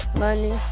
Money